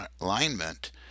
alignment